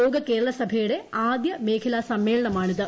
ലോക കേരള സഭയുടെ ആദ്യ മേഖലാ സമ്മേളനമാണിത്